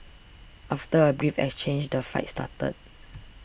after a brief exchange the fight started